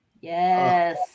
Yes